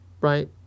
right